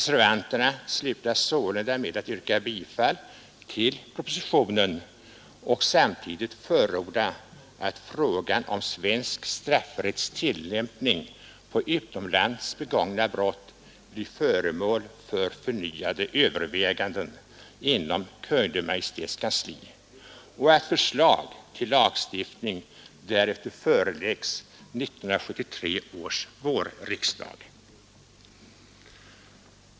De slutar sålunda med att yrka bifall till propositionen, samtidigt som de förordar att frågan om svensk straffrätts tillämpning på a konsekvenser av de utomlands begångna brott blir föremål för förnyade överväganden inom Kungl. Maj:ts kansli samt att förslag till lagstiftning därefter föreläggs 1973 års vårriksdag.